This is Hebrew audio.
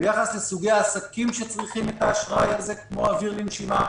ביחס לסוגי העסקים שצריכים את האשראי הזה כמו אוויר לנשימה,